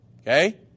Okay